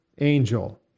angel